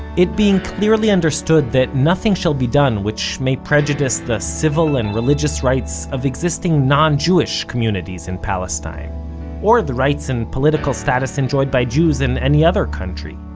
it being clearly understood that nothing shall be done which may prejudice the civil and religious rights of existing non-jewish communities in palestine or the rights and political status enjoyed by jews in any other country.